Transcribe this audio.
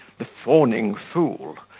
the fawning fool,